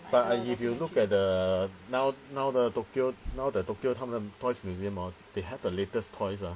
but if you look at the now now the tokyo now the tokyo 他们 toy's museum orh they have the latest toys ah